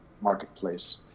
marketplace